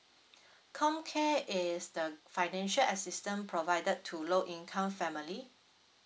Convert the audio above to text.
comcare is the financial assistance provided to low income family